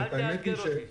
אל תאתגר אותי.